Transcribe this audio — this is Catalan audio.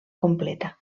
completa